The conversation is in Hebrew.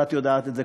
ואת יודעת את זה,